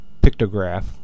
pictograph